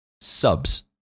Subs